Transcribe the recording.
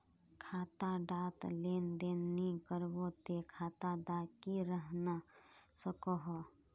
खाता डात लेन देन नि करबो ते खाता दा की रहना सकोहो?